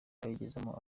bayigezemo